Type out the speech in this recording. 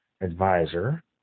advisor